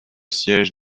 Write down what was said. siège